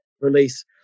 release